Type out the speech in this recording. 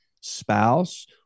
spouse